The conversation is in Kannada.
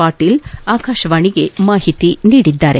ಪಾಟೀಲ್ ಆಕಾಶವಾಣಿಗೆ ಮಾಹಿತಿ ನೀಡಿದ್ದಾರೆ